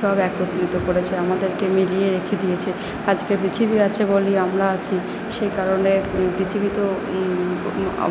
সব একত্রিত করেছে আমাদেরকে মিলিয়ে রেখে দিয়েছে আজকে পৃথিবী আছে বলেই আমরাও আছি সেকারণে পৃথিবী তো